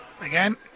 Again